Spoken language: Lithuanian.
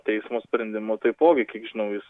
teismo sprendimu taipogi kiek žinau jis